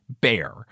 bear